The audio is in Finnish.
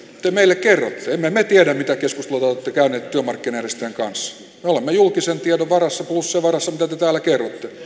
te meille kerrotte sen emme me tiedä mitä keskustelua te olette käyneet työmarkkinajärjestöjen kanssa me olemme julkisen tiedon varassa plus sen varassa mitä te täällä kerrotte